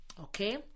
Okay